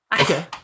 Okay